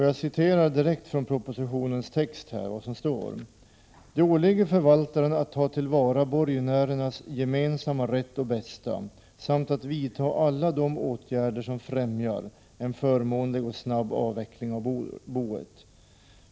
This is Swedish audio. Jag citerar direkt från propositionens text: ”Det åligger förvaltaren att ta till vara borgenärernas gemensamma rätt och bästa samt vidta alla de åtgärder som främjar en förmånlig och snabb avveckling av boet.